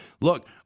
look